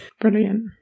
Brilliant